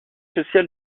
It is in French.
social